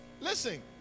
Listen